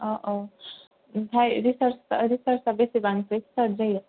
अ औ ओमफ्राय रिसार्जा बेसेबांनिफ्राय स्टार्ट जायो